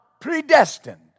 predestined